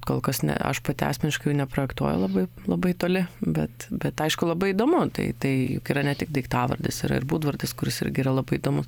kol kas ne aš pati asmeniškai jau neprojektuoju labai labai toli bet bet aišku labai įdomu tai tai yra juk ne tik daiktavardis yra ir būdvardis kuris irgi yra labai įdomus